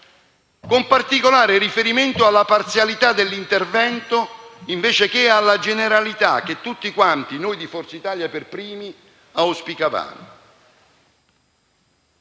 con particolare riferimento alla parzialità dell'intervento, invece che alla generalità che tutti quanti (noi di Forza Italia per primi) auspicavamo.